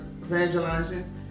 evangelizing